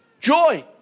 Joy